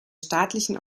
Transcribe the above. staatlichen